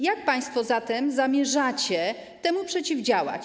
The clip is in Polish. Jak państwo zatem zamierzacie temu przeciwdziałać?